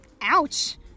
ouch